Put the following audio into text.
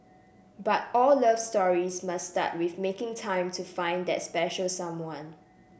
but all love stories must start with making time to find that special someone